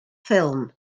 ffilm